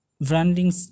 Branding